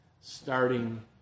starting